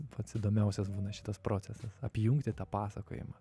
pats įdomiausias būna šitas procesas apjungti tą pasakojimą